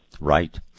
Right